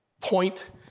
point